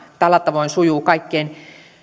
tällä tavoin sujuu kaikkein